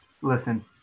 Listen